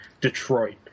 Detroit